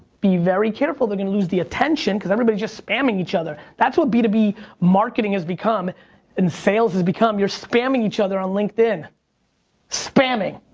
be very careful. they're gonna lose the attention cause everybody's just spamming each other. that's what b two b marketing has become in sales has become, you're spamming each other on linkedin spamming.